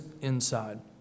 inside